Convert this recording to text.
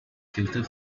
filter